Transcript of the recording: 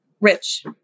Rich